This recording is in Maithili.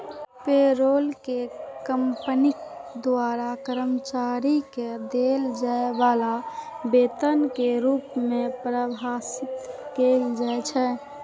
पेरोल कें कंपनी द्वारा कर्मचारी कें देल जाय बला वेतन के रूप मे परिभाषित कैल जाइ छै